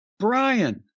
Brian